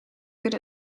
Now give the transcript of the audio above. good